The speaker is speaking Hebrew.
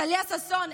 טליה ששון,